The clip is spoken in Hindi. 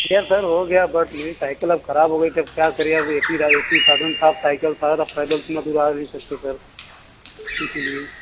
येस सर हो गया बट मेरी साइकिल अब ख़राब हो गई थी क्या करें अब ही एक ही साधन था साइकिल थी सर अब पैदल इतना दूर आ नहीं सकते सर इसी लिए